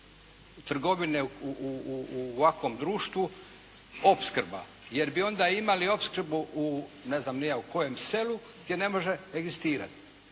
trgovine u ovakvom društvu opskrba jer bi onda imali opskrbu u ne znam ni ja kojem selu gdje ne može egzistirati.